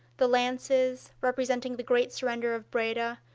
the lances, representing the great surrender of breda,